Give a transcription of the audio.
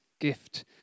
gift